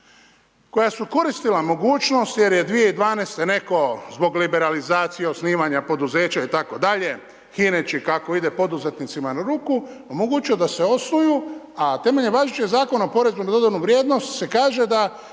koja su koristila mogućnost jer je 2012. netko zbog liberalizacije osnivanja poduzeća itd., hineći kako ide poduzetnicima na ruku, omogućio da se osnuju a temeljem važeća Zakona o PDV-u se kaže da